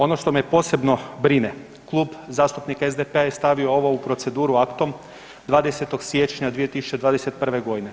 Ono što me posebno brine, Klub zastupnika SDP-a je stavio ovo u proceduru aktom 20. siječnja 2021. godine.